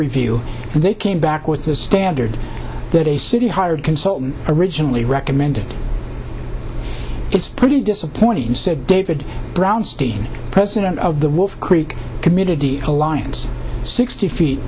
review and they came back with the standard that a city hired consultant originally recommended it's pretty disappointing said david brownstein president of the wolf creek community alliance sixty feet